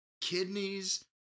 kidneys